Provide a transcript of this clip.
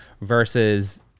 versus